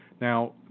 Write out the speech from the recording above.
Now